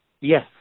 Yes